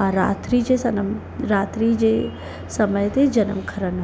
मां रात्री जे समय रात्री जे समय ते जनमु खणंदमि